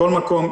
מכל מקום,